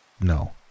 No